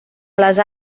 les